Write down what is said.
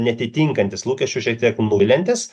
neatitinkantis lūkesčių šiek tiek nuviliantis